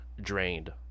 drained